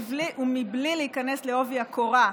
ובלי להיכנס בעובי הקורה,